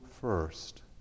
first